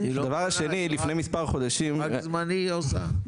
רק זמני היא עושה?